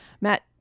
Matt